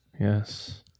yes